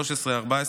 14-13,